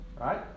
right